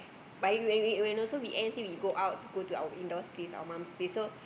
but when we we when also we end thing we go out go to our indoor place our mom place so